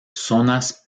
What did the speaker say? zonas